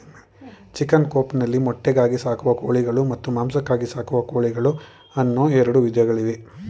chicken coop ನಲ್ಲಿ ಮೊಟ್ಟೆಗಾಗಿ ಸಾಕುವ ಕೋಳಿಗಳು ಮತ್ತು ಮಾಂಸಕ್ಕಾಗಿ ಸಾಕುವ ಕೋಳಿಗಳು ಅನ್ನೂ ಎರಡು ವಿಧಗಳಿವೆ